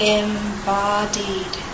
embodied